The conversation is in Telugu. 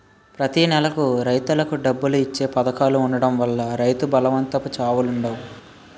ప్రతి నెలకు రైతులకు డబ్బులు ఇచ్చే పధకాలు ఉండడం వల్ల రైతు బలవంతపు చావులుండవు